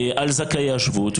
על זכאי השבות.